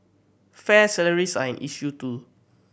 fair salaries are an issue too